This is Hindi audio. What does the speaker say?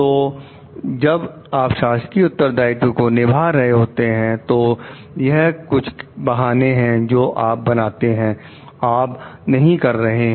तो जब आप शासकीय उत्तरदायित्व को निभा रहे होते हैं तो यह कुछ बहाने हैं जो आप बनाते हैं आप नहीं कर रहे हैं